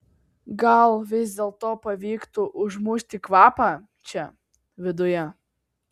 gal vis dėlto pavyktų užmušti kvapą čia viduje